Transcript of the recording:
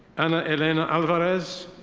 ana elena alvarez.